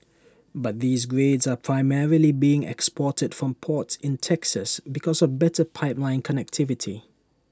but these grades are primarily being exported from ports in Texas because of better pipeline connectivity